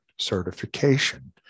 certification